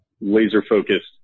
laser-focused